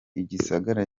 igisagara